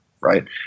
Right